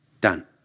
Done